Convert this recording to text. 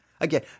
again